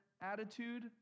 attitude